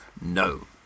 No